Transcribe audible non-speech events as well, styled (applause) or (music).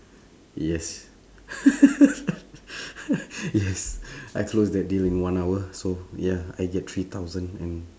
yes (laughs) yes I close that deal in one hour so ya I get three thousand and